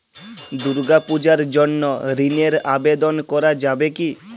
দুর্গাপূজার জন্য ঋণের আবেদন করা যাবে কি?